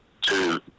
two